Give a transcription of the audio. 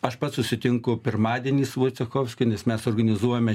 aš pats susitinku pirmadienį su vaicechovskiu nes mes organizuojame